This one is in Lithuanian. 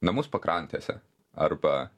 namus pakrantėse arba